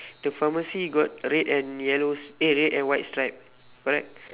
the pharmacy got red and yellow s~ eh red and white stripe correct